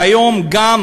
והיום, גם